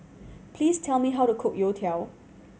please tell me how to cook youtiao